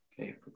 Okay